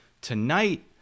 tonight